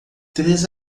três